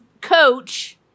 coach